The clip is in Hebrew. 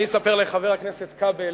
אני אספר לחבר הכנסת כבל